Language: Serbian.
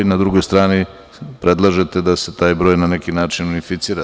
Na drugoj strani predlažete da se taj broj na neki način unificira.